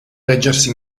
reggersi